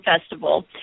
Festival